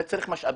לזה צריך משאבים.